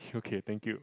so k thank you